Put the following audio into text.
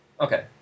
Okay